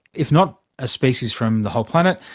if not a species from the whole planet,